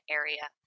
area